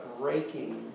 breaking